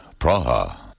Praha